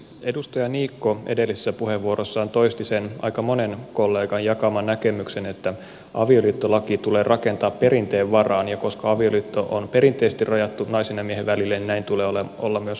edustaja niikko edellisessä puheenvuorossaan toisti sen aika monen kollegan jakaman näkemyksen että avioliittolaki tulee rakentaa perinteen varaan ja koska avioliitto on perinteisesti rajattu naisen ja miehen välille näin tulee olla myös vastaisuudessa